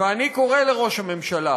ואני קורא לראש הממשלה,